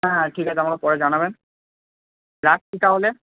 হ্যাঁ হ্যাঁ ঠিক আছে আমাকে পরে জানাবেন রাখছি তাহলে